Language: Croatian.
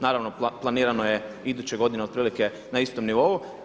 Naravno planirano je iduće godine otprilike na istom nivou.